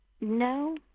no